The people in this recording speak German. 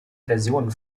versionen